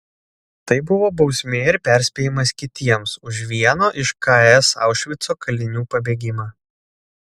tai buvo bausmė ir perspėjimas kitiems už vieno iš ks aušvico kalinių pabėgimą